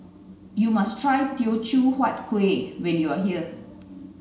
you must try Teochew Huat Kueh when you are here